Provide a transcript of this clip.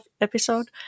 episode